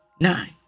Nine